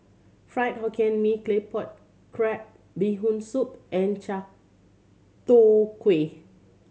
Fried Hokkien Mee Claypot Crab Bee Hoon Soup and chai tow kway